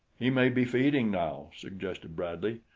he may be feeding now, suggested bradley.